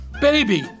Baby